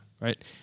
right